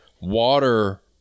water